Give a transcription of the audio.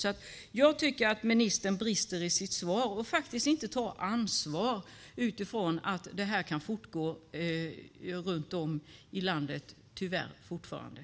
Därför tycker jag att ministern brister i sitt svar och faktiskt inte tar ansvar utifrån att det här tyvärr fortfarande kan fortgå runt om i landet.